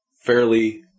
fairly